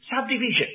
subdivision